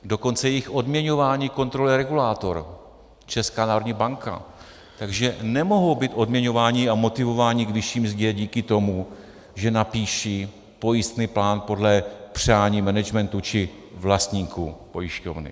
Dokonce jejich odměňování kontroluje regulátor, Česká národní banka, takže nemohou být odměňováni a motivováni k vyšší mzdě díky tomu, že napíšou pojistný plán podle přání managementu či vlastníků pojišťovny.